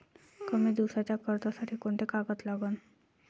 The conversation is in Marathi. कमी दिसाच्या कर्जासाठी कोंते कागद लागन?